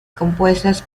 compuestas